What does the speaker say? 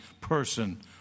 person